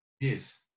Yes